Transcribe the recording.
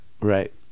Right